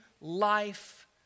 life